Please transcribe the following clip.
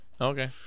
Okay